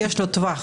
יש להן טווח.